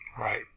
Right